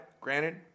granted